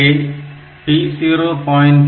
இங்கே P0